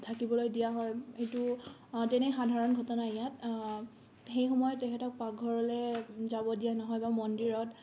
থাকিবলৈ দিয়া হয় সেইটো তেনেই সাধাৰণ ঘটনা ইয়াত সেই সময়ত তেখেতক পাকঘৰলে যাব দিয়া নহয় বা মন্দিৰত